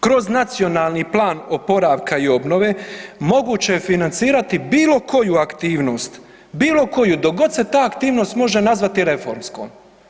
Kroz Nacionalni plan oporavka i obnove moguće je financirati bilo koju aktivnost, bilo koju dok god se ta aktivnost može nazvati reformskom.